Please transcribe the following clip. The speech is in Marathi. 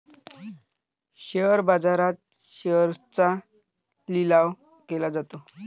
शेअर बाजारात शेअर्सचा लिलाव केला जातो